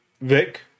Vic